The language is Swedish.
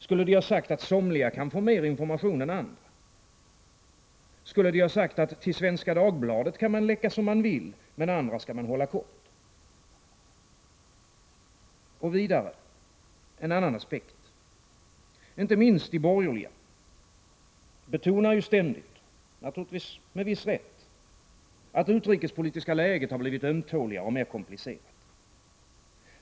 Skulle den ha sagt att somliga kan få mer information än andra? Skulle den ha sagt att man kan läcka som man vill till Svenska Dagbladet, men att andra skall hållas kort? En annan aspekt: inte minst de borgerliga betonar ju ständigt, och naturligtvis med viss rätt, att det utrikespolitiska läget har blivit ömtåligare och mer komplicerat.